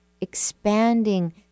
expanding